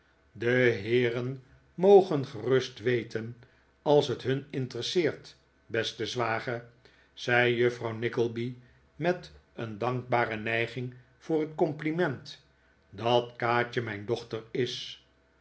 de heeren mogen gerust weten als het hun interesseert beste zwager zei juffrouw nickleby met een dankbare nijging voor het compliment dat kaatje mijn dochter is